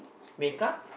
make up